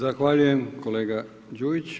Zahvaljujem kolega Đujić.